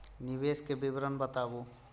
निवेश के विवरण बताबू?